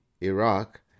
Iraq